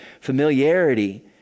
Familiarity